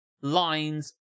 lines